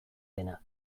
dena